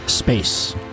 Space